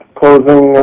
closing